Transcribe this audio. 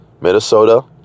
Minnesota